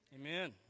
Amen